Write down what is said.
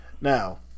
now